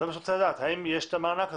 אז זה מה שאני רוצה לדעת, האם יש את המענק הזה?